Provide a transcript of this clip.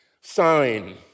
sign